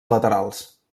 laterals